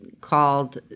called